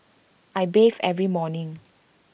I bathe every morning